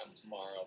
tomorrow